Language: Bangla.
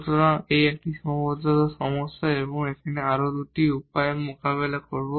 সুতরাং এটি একটি সীমাবদ্ধতার সমস্যা এবং এখন আমরা দুটি উপায়ে মোকাবিলা করব